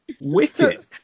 Wicked